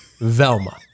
Velma